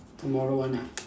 tomorrow one ah